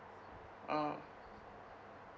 orh